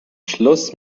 schluss